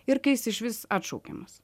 ir kai jis išvis atšaukiamas